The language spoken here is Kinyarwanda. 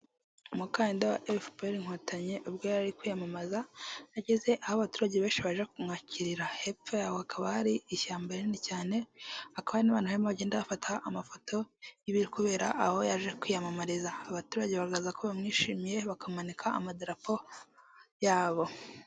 Umukandida wa FPR inkotanyi ubwo yarari kwiyamamaza ageze aho abaturage benshi baje kumwakirira, hepfo aho hakaba hari ishyamba rinini cyane, hakaba hari n'abantu bagenda bafata amafoto y'ibiriri kubera aho yaje kwiyamamariza, abaturage bagaragaza ko bamwishimiye bakamanika amadarapo yabo.